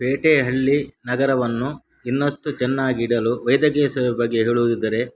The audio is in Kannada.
ಪೇಟೆ ಹಳ್ಳಿ ನಗರವನ್ನು ಇನ್ನಷ್ಟು ಚೆನ್ನಾಗಿಡಲು ವೈದ್ಯಕೀಯ ಸೇವೆ ಬಗ್ಗೆ ಹೇಳುವುದಿದ್ದರೆ